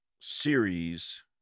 series